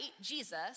Jesus